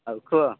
ଆଉ କୁହ